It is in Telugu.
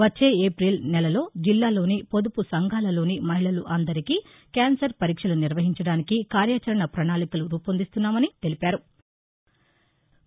వచ్చే ఏపిల్ నెలలో జిల్లాలోని పొదుపు సంఘాలలోని మహిళలందరికీ క్యాన్సర్ పరీక్షలు నిర్వహించడానికి కార్యాచరణ పణాళికలు రూపొందిస్తున్నామని కలెక్టర్ తెలిపారు